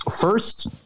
First